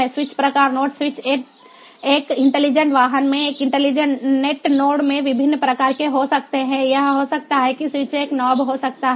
switch प्रकार nodes switch एक intelligent वाहन में एक इंटेलिजेंट नेट नोड में विभिन्न प्रकार के हो सकते हैं यह हो सकता है स्विच एक नाब हो सकता है